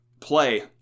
play